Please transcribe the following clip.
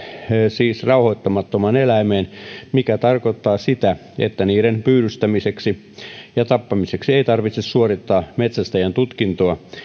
siis rauhoittamattomaan eläimeen mikä tarkoittaa sitä että niiden pyydystämiseksi ja tappamiseksi ei tarvitse suorittaa metsästäjän tutkintoa